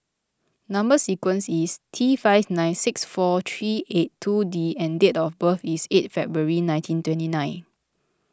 Number Sequence is T five nine six four three eight two D and date of birth is eight February nineteen twenty nine